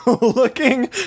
looking